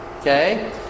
Okay